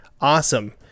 Awesome